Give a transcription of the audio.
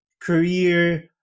career